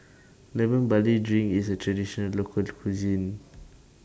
Lemon Barley Drink IS A Traditional Local Cuisine